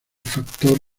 factor